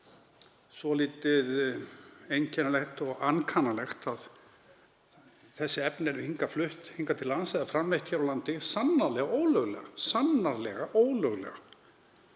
svolítið einkennilegt og ankannalegt að þessi efni eru hingað flutt hingað til lands eða framleidd hér á landi og sannarlega ólöglega, nema það